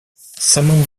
самым